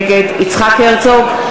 נגד יצחק הרצוג,